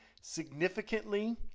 significantly